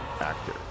actor